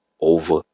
over